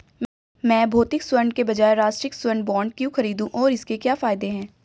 मैं भौतिक स्वर्ण के बजाय राष्ट्रिक स्वर्ण बॉन्ड क्यों खरीदूं और इसके क्या फायदे हैं?